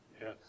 Yes